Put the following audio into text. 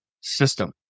system